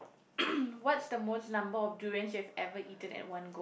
what's the most number of durians you have ever eaten at one go